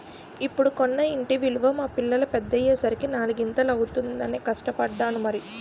ఇప్పుడు కొన్న ఇంటి విలువ మా పిల్లలు పెద్దయ్యే సరికి నాలిగింతలు అవుతుందనే కష్టపడ్డాను మరి